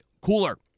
cooler